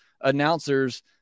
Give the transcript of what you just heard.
announcers